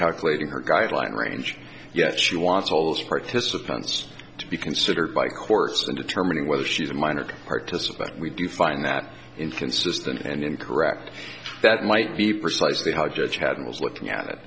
calculating her guideline range yet she wants holes participants to be considered by courts in determining whether she is a minor participant we do find that inconsistent and incorrect that might be precisely how judge hadn't was looking at